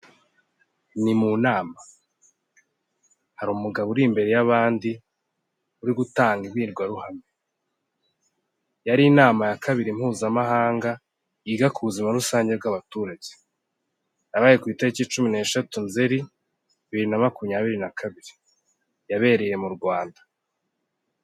Ni mu nama, hari umugabo uri imbere y'abandi uri gutanga imbwirwaruhame. Yari inama kabiri mpuzamahanga yiga ku buzima rusange bw'abaturage. Yabaye ku itariki cumi n'eshatu Nzeri bibiri na makumyabiri na kabiri, yabereye mu Rwanda.